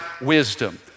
wisdom